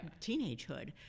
teenagehood